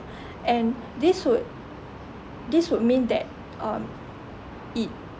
and this would this would mean that um it